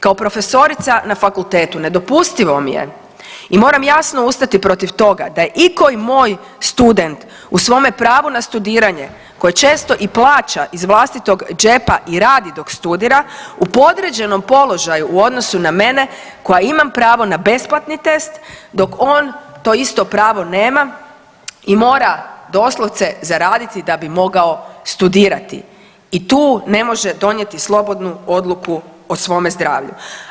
Kao profesorica na fakultetu nedopustivo mi je i moram jasno ustati protiv toga da je ikoji moj student u svome pravu na studiranje koje često i plaća iz vlastitog džepa i radi dok studira u podređenom položaju u odnosu na mene koja imam pravo na besplatni test dok on to isto pravo nema i mora doslovce zaraditi da bi mogao studirati i tu ne može donijeti slobodnu odluku o svome zdravlju.